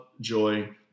joy